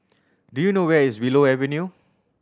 do you know where is Willow Avenue